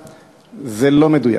זה לא מדויק.